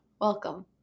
Welcome